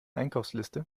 einkaufsliste